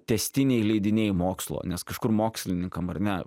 tęstiniai leidiniai mokslo nes kažkur mokslininkam ar ne